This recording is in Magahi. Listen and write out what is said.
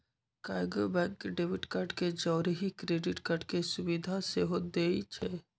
कएगो बैंक डेबिट कार्ड के जौरही क्रेडिट कार्ड के सुभिधा सेहो देइ छै